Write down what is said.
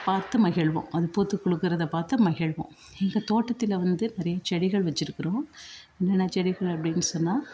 பார்த்து மகிழ்வோம் அது பூத்துக்குலுங்குறதை பார்த்து மகிழ்வோம் எங்கள் தோட்டத்தில் வந்து நிறைய செடிகள் வச்சிருக்கிறோம் என்னன்ன செடிகள் அப்படின்னு சொன்னால்